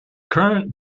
current